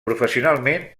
professionalment